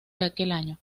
año